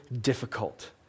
difficult